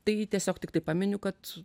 tai tiesiog tiktai paminiu kad